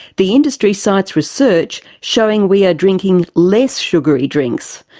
the industry cites research showing we are drinking less sugary drinks,